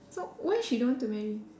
so why she don't want to marry